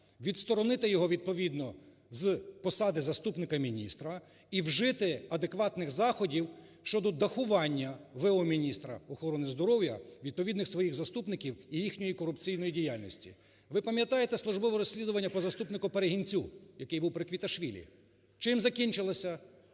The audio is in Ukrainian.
відсторонити його відповідно з посади заступника міністра і вжити адекватних заходів щодо дахування в.о. міністра охорони здоров'я, відповідних своїх заступників і їхньої корупційної діяльності. Ви пам'ятаєте службове розслідування по заступнику Перегінцю, який був при Квіташвілі. Чим закінчилося?